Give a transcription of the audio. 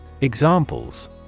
Examples